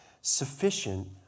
sufficient